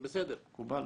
מקובל?